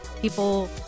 People